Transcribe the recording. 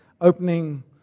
opening